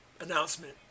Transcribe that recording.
announcement